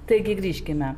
taigi grįžkime